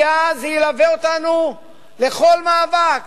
כי אז זה ילווה אותנו בכל מאבק,